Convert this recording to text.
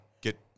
get